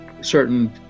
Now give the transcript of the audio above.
certain